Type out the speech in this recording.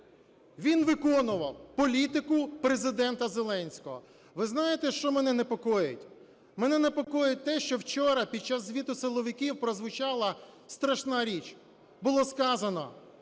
він виконував політику Президента Зеленського. Ви знаєте, що мене непокоїть? Мене непокоїть те, що вчора під час звіту силовиків прозвучала страшна річ. Було сказано,